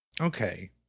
okay